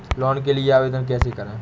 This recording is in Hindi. लोन के लिए आवेदन कैसे करें?